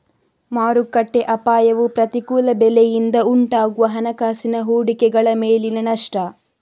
ಮಾರುಕಟ್ಟೆ ಅಪಾಯವು ಪ್ರತಿಕೂಲ ಬೆಲೆಯಿಂದ ಉಂಟಾಗುವ ಹಣಕಾಸಿನ ಹೂಡಿಕೆಗಳ ಮೇಲಿನ ನಷ್ಟ